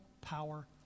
power